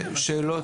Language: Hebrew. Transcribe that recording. שאלות?